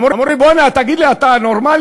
אמרו לי: בוא'נה, תגיד לי, אתה נורמלי?